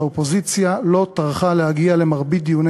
האופוזיציה לא טרחה להגיע למרבית דיוני